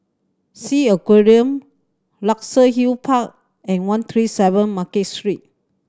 Sea Aquarium Luxus Hill Park and one three seven Market Street